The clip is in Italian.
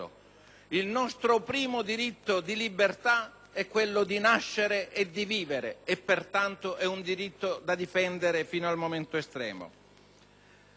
Il nostro primo diritto di libertà è quello di nascere e di vivere e pertanto è un diritto da difendere fino al momento estremo.